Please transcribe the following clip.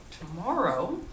tomorrow